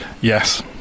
yes